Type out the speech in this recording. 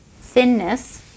thinness